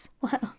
wow